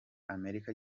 amerika